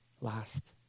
last